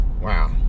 Wow